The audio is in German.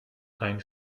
ein